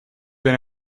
been